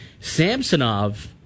Samsonov